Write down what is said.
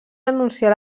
anunciar